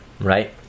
right